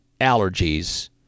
allergies